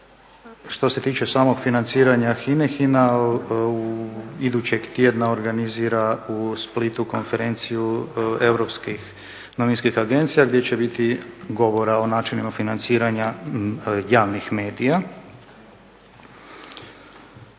što se tiče samog financiranja HINA-e, HINA idućeg tjedna organizira u Splitu konferenciju europskih novinskih agencija gdje će biti govora o načinima financiranja javnih medija.